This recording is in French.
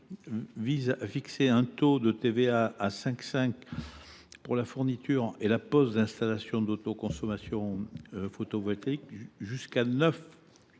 vise à fixer un taux de TVA à 5,5 % pour la fourniture et la pose d’installations d’autoconsommation photovoltaïque d’une